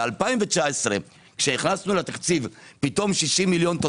ב-2019 כשהכנסנו לתקציב פתאום 40 ועוד